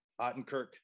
Ottenkirk